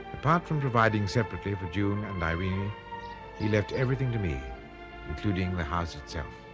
apart from providing separately for june and irene he left everything to me including the house itself.